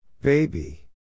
Baby